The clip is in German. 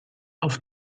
auf